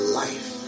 life